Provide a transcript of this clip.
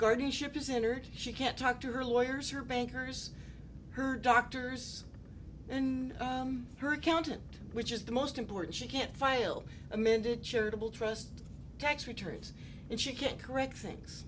guardianship to center she can't talk to her lawyers or bankers her doctors and her accountant which is the most important she can't file amended charitable trust tax returns and she can't